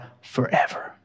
forever